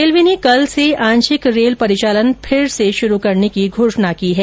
railway ने कल से आंशिक रेल परिचालन फिर शुरू करने की घोषणा की है